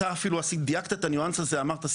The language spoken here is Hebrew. אפילו דייקת את הניואנס הזה ואמרת,